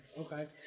Okay